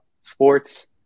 Sports